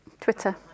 Twitter